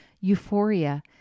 euphoria